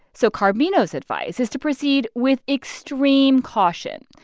so carbino's advice is to proceed with extreme caution.